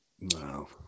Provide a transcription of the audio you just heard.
no